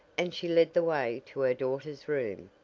and she led the way to her daughter's room.